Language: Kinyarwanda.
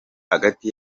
hagati